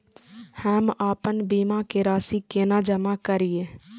हम आपन बीमा के राशि केना जमा करिए?